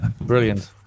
brilliant